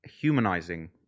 humanizing